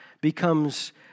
becomes